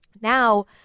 Now